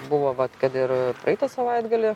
buvo vat kad ir praeitą savaitgalį